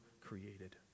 created